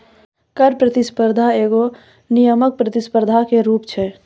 कर प्रतिस्पर्धा एगो नियामक प्रतिस्पर्धा के रूप छै